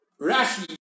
Rashi